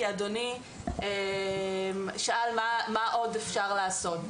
כי אדוני שאל מה עוד אפשר לעשות.